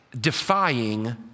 defying